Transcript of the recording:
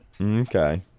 Okay